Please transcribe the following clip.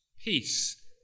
Peace